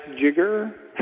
jigger